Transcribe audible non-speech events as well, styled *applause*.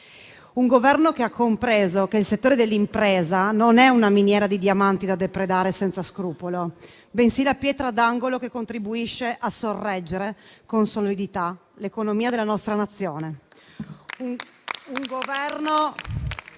un Governo che ha compreso che il settore dell’impresa è non una miniera di diamanti da depredare senza scrupolo, bensì la pietra d’angolo che contribuisce a sorreggere con solidità l’economia della nostra Nazione; *applause*